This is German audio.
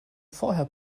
vorher